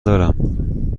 دارم